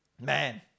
Man